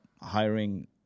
hiring